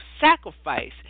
sacrifice